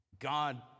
God